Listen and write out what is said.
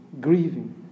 grieving